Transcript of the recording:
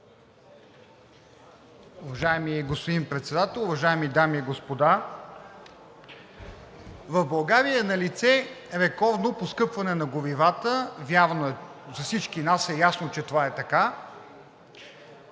Уважаеми господин Председател, уважаеми дами и господа! В България е налице рекордно поскъпване на горивата. За всички нас е ясно, че това е така.